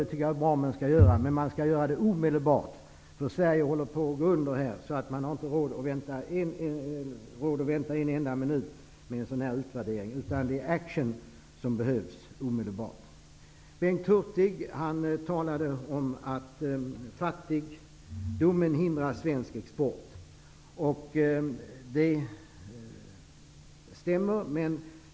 Det tycker jag är bra. Man skall göra det omedelbart, för Sverige håller på att gå under. Vi har inte råd att vänta en enda minut med en sådan här utvärdering. Det är action som behövs omedelbart. Bengt Hurtig talade om att fattigdomen hindrar svensk export. Det stämmer.